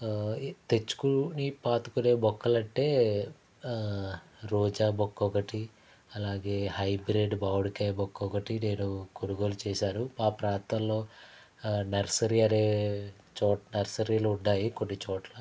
తెచ్చుకొని పాతుకొనే మొక్కలు అంటే రోజా మొక్క ఒకటి అలాగే హైబ్రిడ్ మామిడికాయ మొక్క ఒకటి నేను కొనుగోలు చేశాను మా ప్రాంతంలో నర్సరీ అనే చో నర్సరీలు ఉన్నాయి కొన్ని చోట్ల